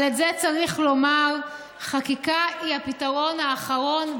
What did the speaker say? אבל את זה צריך לומר: חקיקה היא הפתרון האחרון,